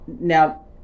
now